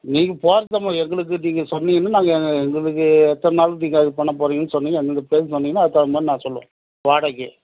நீங்கள் போகிறதுதாம்மா எங்களுக்கு நீங்கள் சொன்னிங்கன்னால் நாங்கள் எங்களுக்கு எத்தனை நாளுக்கு நீங்கள் பண்ண போகிறீங்கன்னு சொன்னீங்க நீங்கள் ப்ளேஸ் சொன்னீங்கன்னால் அதுக்கு தகுந்த மாதிரி நான் சொல்லுவேன் வாடகை